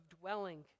dwelling